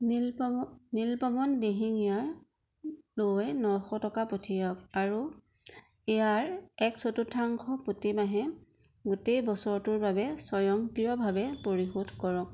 নীলপৱ নীলপৱন দিহিঙীয়ালৈ নশ টকা পঠিয়াওক আৰু ইয়াৰ এক চতুৰ্থাংশ প্ৰতিমাহে গোটেই বছৰটোৰ বাবে স্বয়ংক্ৰিয়ভাৱে পৰিশোধ কৰক